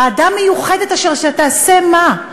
ועדה מיוחדת שתעשה מה?